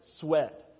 sweat